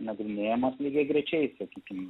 nagrinėjamos lygiagrečiai sakykim